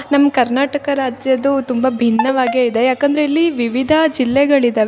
ನಮ್ಮ ಕರ್ನಾಟಕ ರಾಜ್ಯದ್ದು ತುಂಬ ಭಿನ್ನವಾಗೇ ಇದೆ ಯಾಕಂದರೆ ಇಲ್ಲಿ ವಿವಿಧ ಜಿಲ್ಲೆಗಳಿದವೆ